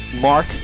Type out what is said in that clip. Mark